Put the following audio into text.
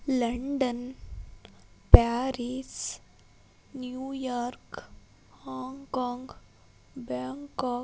London Paris New York Hong Kong Bangkok